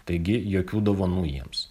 taigi jokių dovanų jiems